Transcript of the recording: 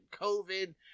COVID